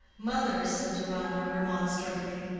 mother, said deronda, remonstrantly,